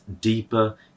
deeper